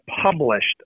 published